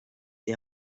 die